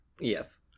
Yes